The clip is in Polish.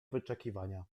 wyczekiwania